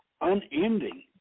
unending